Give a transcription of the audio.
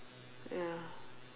ya